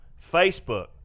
Facebook